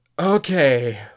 okay